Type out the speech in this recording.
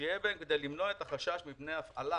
שיהיה בהם כדי למנוע את החשש מפני הפעלה